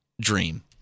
dream